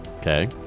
Okay